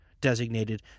designated